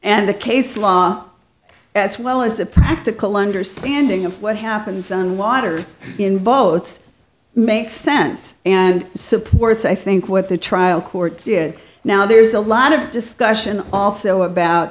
and the case law as well as a practical understanding of what happens on water in boats makes sense and supports i think what the trial court did now there's a lot of discussion also about